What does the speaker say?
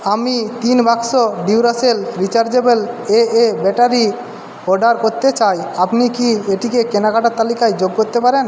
আমি তিন বাক্স Duracell rechargeable AA battery order করতে চাই আপনি কি এটিকে কেনাকাটার তালিকায় যোগ করতে পারেন